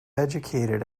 educated